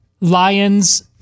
Lions